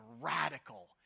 radical